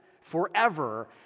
forever